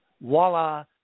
voila